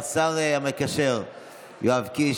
השר המקשר יואב קיש,